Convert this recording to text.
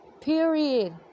period